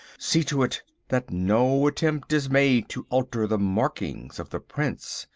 see to it that no attempt is made to alter the marking of the prince,